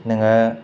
नोङो